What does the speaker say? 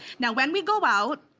now when we go out,